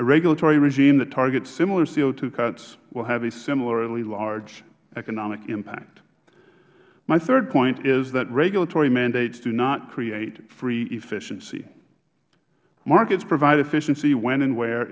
regulatory regime that targets similar co cuts will have a similarly large economic impact my third point is that regulatory mandates do not create free efficiency markets provide efficiency when and where